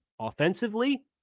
offensively